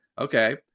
okay